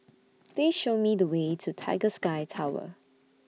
Please Show Me The Way to Tiger Sky Tower